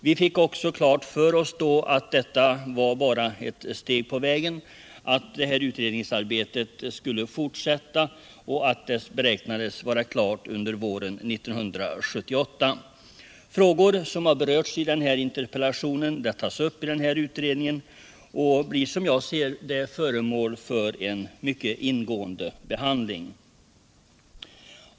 Vi fick också då klart för oss att detta bara var ett steg på vägen, att utredningsarbetet skulle fortsätta och att det beräknades vara klart under våren 1978. Frågor som har berörts i interpellationen tas upp i utredningen och blir som jag ser det föremål för en mycket ingående behandling.